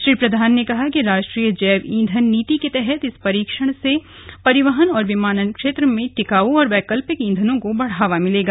श्री प्रधान ने कहा कि राष्ट्रीय जैव ईंधन नीति के तहत इस परीक्षण से परिवहन और विमानन क्षेत्र में टिकाऊ और वैकलपिक ईंधनों को बढ़ावा मिलेगा